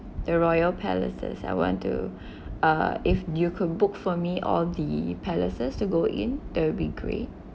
the royal palaces I want to uh if you could book for me all the palaces to go in that will be great